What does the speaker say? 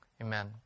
amen